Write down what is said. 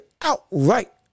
outright